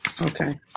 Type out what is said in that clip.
okay